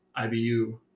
IBU